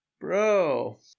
Bro